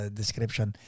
description